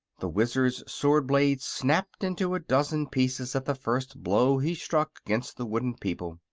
the wizard's sword-blade snapped into a dozen pieces at the first blow he struck against the wooden people.